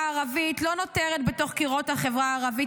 הערבית לא נותרת בתוך קירות החברה הערבית,